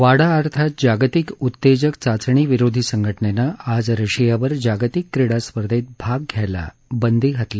वाडा अर्थात जागतिक उत्तेजक चाचणी विरोधी संघटनेनं आज रशियावर जागतिक क्रीडास्पर्धेत भाग घ्यायला बंदी घातली